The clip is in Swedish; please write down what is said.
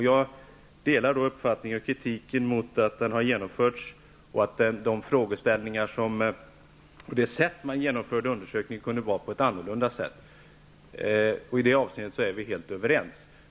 Jag delar kritiken mot att folk och bostadsräkningen har genomförts. Det sätt som man genomförde undersökningen på kunde ha varit annorlunda. I det avseendet är vi helt överens.